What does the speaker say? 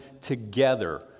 together